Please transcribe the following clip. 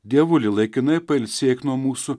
dievulį laikinai pailsėk nuo mūsų